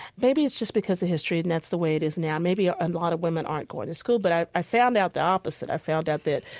maybe it's just because of history and that's the way it is now. maybe a and lot of women aren't going to school. but i i found out the opposite. i found out that,